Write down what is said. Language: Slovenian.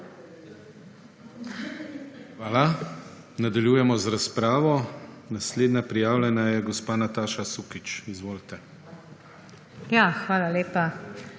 Hvala. Nadaljujemo razpravo. Naslednja prijavljena je gospa Nataša Sukič. Izvolite. NATAŠA